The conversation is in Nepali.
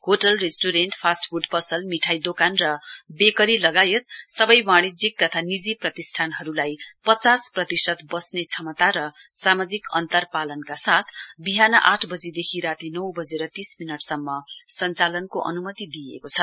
होटल रेस्ट्रेण्ड फास्ट फ्ड पसल मिठाई दोकान र बेकरी लगायत सबै वाणिज्यिक तथा निजी प्रतिष्ठानहरूलाई पचास प्रतिशत बस्ने क्षमता र सामाजिक अन्तर पालनका साथ विहान आठ बजीदेखि राती नौ बजेर तीस मिनटसम्म सञ्चालनको अन्मति दिइको छ